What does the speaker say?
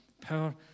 Power